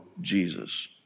Jesus